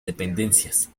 dependencias